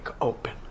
open